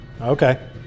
Okay